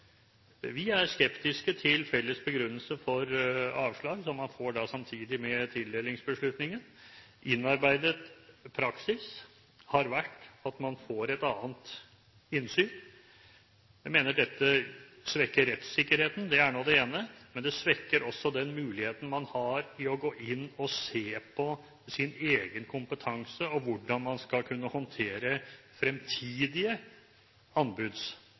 Vi er skeptiske til felles begrunnelse for avslag som man får samtidig med tildelingsbeslutningen. Innarbeidet praksis har vært at man får et annet innsyn. Jeg mener dette svekker rettssikkerheten – det er nå det ene – men det svekker også den muligheten man har til å gå inn og se på sin egen kompetanse og hvordan man skal kunne håndtere fremtidige